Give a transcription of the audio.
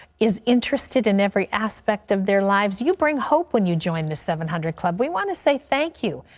is interested in every aspect of their lives. you bring hope when you join the seven hundred club. we want to say thank you.